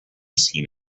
scene